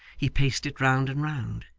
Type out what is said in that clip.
he paced it round and round,